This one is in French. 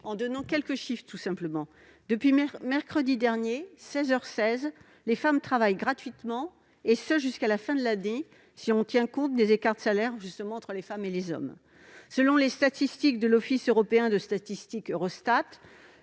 en donnant quelques chiffres. Depuis mercredi dernier, 16h16, les femmes travaillent gratuitement, et ce jusqu'à la fin de l'année, si on tient compte des écarts de salaires entre les femmes et les hommes. Selon les données de l'office statistique de